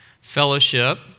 Fellowship